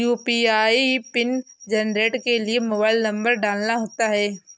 UPI pin generate के लिए mobile number डालना होता है